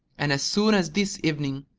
and as soon as this evening,